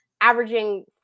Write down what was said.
averaging